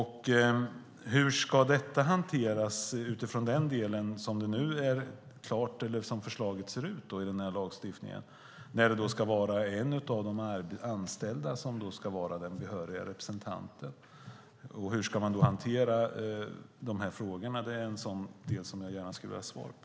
Hur ska detta hanteras utifrån hur förslaget till lagstiftning ser ut när en av de anställda ska vara den behöriga representanten? Hur ska man då hantera dessa frågor? Detta skulle jag gärna vilja ha svar på.